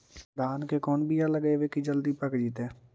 धान के कोन बियाह लगइबै की जल्दी पक जितै?